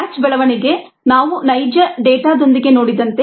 batch ಬೆಳವಣಿಗೆ ನಾವು ನೈಜ ಡೇಟಾದೊಂದಿಗೆ ನೋಡಿದಂತೆ